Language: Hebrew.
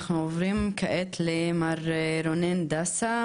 אנחנו עוברים כעת למר רונן דסה,